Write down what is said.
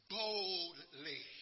boldly